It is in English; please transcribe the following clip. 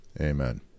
amen